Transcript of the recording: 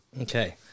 Okay